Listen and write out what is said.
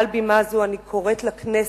מעל בימה זו אני קוראת לכנסת,